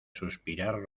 suspirar